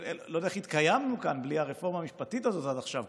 אני לא יודע איך התקיימנו כאן בלי הרפורמה המשפטית הזאת עד עכשיו,